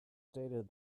stated